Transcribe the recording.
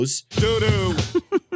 Doo-doo